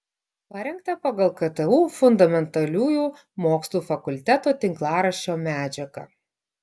parengta pagal ktu fundamentaliųjų mokslų fakulteto tinklaraščio medžiagą